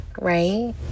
right